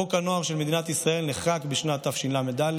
חוק הנוער של מדינת ישראל נחקק בשנת תשל"א,